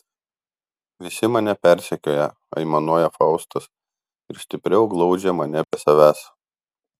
visi mane persekioja aimanuoja faustas ir stipriau glaudžia mane prie savęs